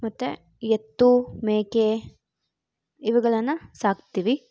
ಮತ್ತೆ ಎತ್ತು ಮೇಕೆ ಇವುಗಳನ್ನು ಸಾಕ್ತೀವಿ